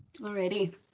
Alrighty